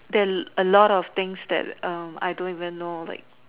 there are a lot of things that um I don't even know like